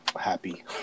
happy